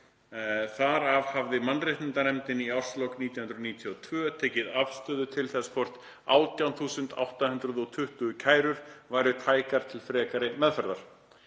Þar af hafði mannréttindanefndin í árslok 1992 tekið afstöðu til þess hvort 18.820 kærur væru tækar til frekari meðferðar.